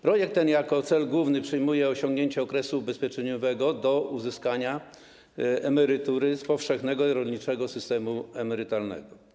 Projekt ten jako cel główny przyjmuje osiągnięcie okresu ubezpieczeniowego do uzyskania emerytury z powszechnego i rolniczego systemu emerytalnego.